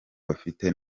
bafite